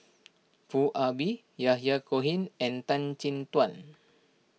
Foo Ah Bee Yahya Cohen and Tan Chin Tuan